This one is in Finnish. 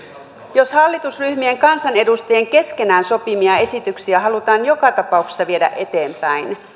jos hallitusryhmien kansanedustajien keskenään sopimia esityksiä halutaan joka tapauksessa viedä eteenpäin